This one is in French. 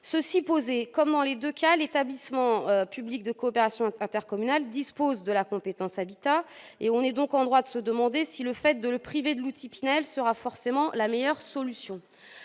zone B2. Comme, dans les deux cas, l'établissement public de coopération intercommunale dispose de la compétence habitat, on est en droit de se demander si le priver de l'outil Pinel sera forcément la meilleure solution